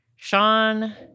Sean